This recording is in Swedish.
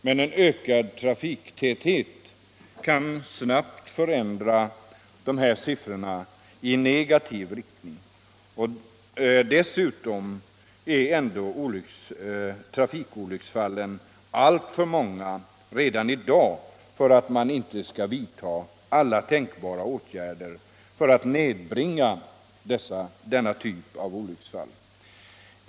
Men en ökad trafiktäthet kan snabbt förändra dessa siffror i negativ riktning. Dessutom är trafikolycksfallen alltför många redan i dag för att man inte skall vidta alla tänkbara åtgärder för att nedbringa dem.